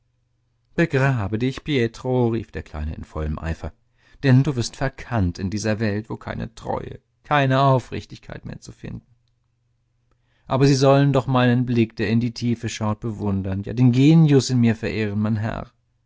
begrabe dich pietro rief der kleine in vollem eifer denn du wirst verkannt in dieser welt wo keine treue keine aufrichtigkeit mehr zu finden aber sie sollen doch meinen blick der in die tiefe schaut bewundern ja den genius in mir verehren mein herr